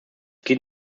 geht